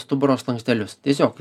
stuburo slankstelius tiesiog